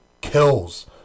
kills